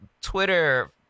Twitter